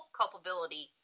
culpability